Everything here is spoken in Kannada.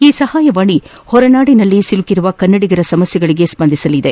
ಈ ಸಹಾಯವಾಣಿ ಹೊರನಾಡಿನಲ್ಲಿ ಸಿಲುಕಿರುವ ಕನ್ನಡಿಗರ ಸಮಸ್ಥೆಗಳಿಗೆ ಸ್ವಂದಿಸಲಿದೆ